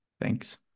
Thanks